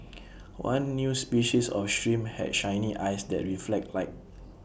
one new species of shrimp had shiny eyes that reflect light